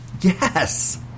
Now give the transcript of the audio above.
Yes